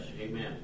amen